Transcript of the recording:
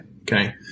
Okay